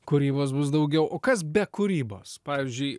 kūrybos bus daugiau o kas be kūrybos pavyzdžiui